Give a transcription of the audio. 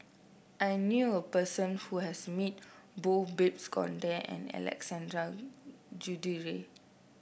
I knew a person who has meet both Babes Conde and Alexander Guthrie